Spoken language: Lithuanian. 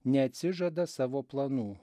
neatsižada savo planų